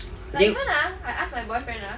then